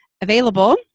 available